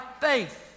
faith